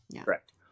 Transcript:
Correct